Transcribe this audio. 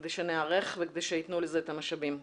כדי שניערך וכדי שיתנו לזה את המשאבים.